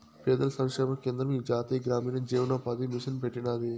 పేదల సంక్షేమ కేంద్రం ఈ జాతీయ గ్రామీణ జీవనోపాది మిసన్ పెట్టినాది